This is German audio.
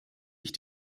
ich